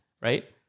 right